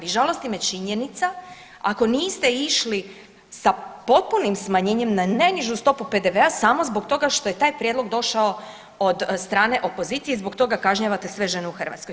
I žalosti me činjenica ako niste išli sa potpunim smanjenjem na najnižu stopu PDV-a samo zbog toga što je taj prijedlog došao od strane opozicije i zbog toga kažnjavate sve žene u Hrvatskoj.